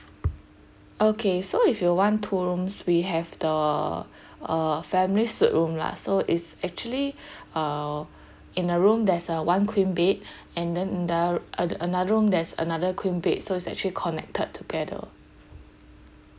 okay so if you want two rooms we have the uh family suite room lah so is actually uh in a room there's a one queen bed and then in the other another room there's another queen bed so it's actually connected together